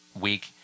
week